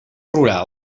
rurals